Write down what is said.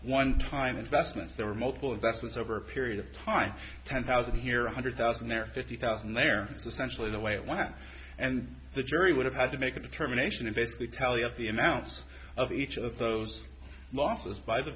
one time investments there were multiple investments over a period of time ten thousand here one hundred thousand there fifty thousand there is essentially the way it went and the jury would have had to make a determination and basically tally up the amounts of each of those losses b